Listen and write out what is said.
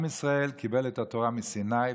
עם ישראל קיבל את התורה מסיני,